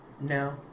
No